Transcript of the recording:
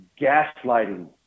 gaslighting